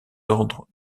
ordres